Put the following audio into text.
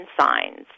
signs